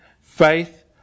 faith